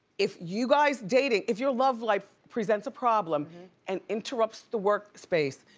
if you guys dating, if your love life presents a problem and interrupts the work space,